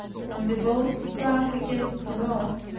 when the boat struck against a rock,